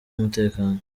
umutekano